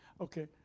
Okay